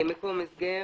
"מקום הסגר"